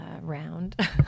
Round